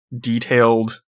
detailed